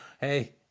Hey